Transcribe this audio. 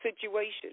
situation